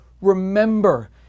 remember